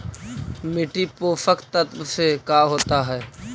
मिट्टी पोषक तत्त्व से का होता है?